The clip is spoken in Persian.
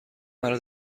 مرا